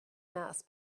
mass